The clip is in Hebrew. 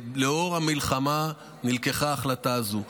ולנוכח המלחמה נלקחה ההחלטה הזאת.